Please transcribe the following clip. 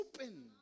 open